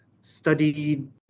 studied